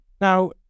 Now